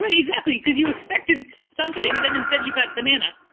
but exactly. because you expected something and then instead you got banana